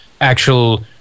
actual